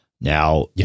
now